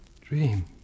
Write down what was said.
Dream